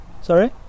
Sorry